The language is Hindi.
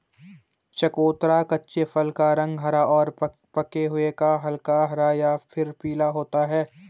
चकोतरा कच्चे फल का रंग हरा और पके हुए का हल्का हरा या फिर पीला होता है